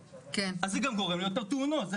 זה גם גורם ליותר תאונות.